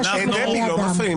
דבי, לא מפריעים